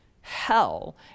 hell